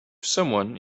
someone